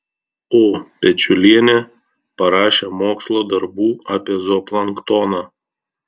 o pečiulienė parašė mokslo darbų apie zooplanktoną